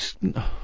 no